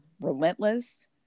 relentless